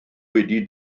wedi